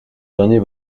dernier